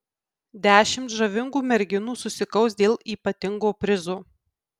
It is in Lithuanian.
dešimt žavingų merginų susikaus dėl ypatingo prizo